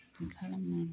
खालामनो